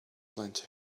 plenty